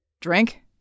Drink